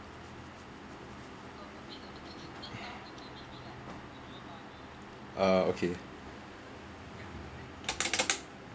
uh okay